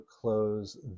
close